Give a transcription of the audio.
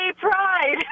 pride